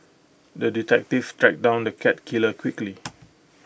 the detective tracked down the cat killer quickly